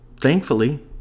Thankfully